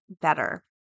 better